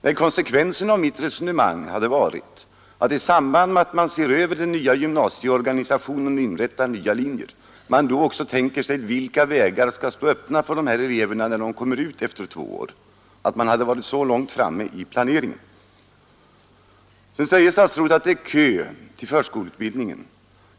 Men konsekvensen av mitt resonemang hade varit att man, i samband med att man ser över gymnasieorganisationen och inrättar nya linjer, också tänker på vilka vägar som skall stå öppna för de här eleverna, när de kommer ut efter två år. Man borde alltså ha varit så långt framme i planeringen. Sedan säger statsrådet att det är kö till förskoleutbildningen.